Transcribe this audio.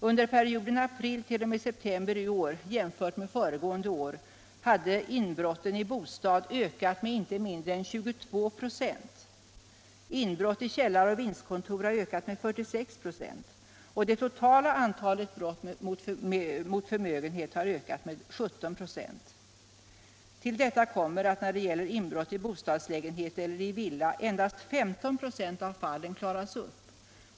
Under perioden april-september i år jämfört 185 med föregående år hade inbrotten i bostad ökat med inte mindre än 32 26. Inbrott i källare och vindskontor har ökat med 46 96. Det totala antalet brott mot förmögenhet har ökat med 17 96. Till detta kommer att när det gäller inbrott i bostadslägenhet eller i villa endast 15 96 av fallen klaras upp.